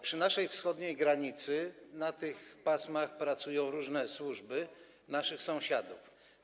Przy naszej wschodniej granicy na tych pasmach pracują różne służby naszych sąsiadów.